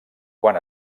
quan